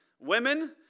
women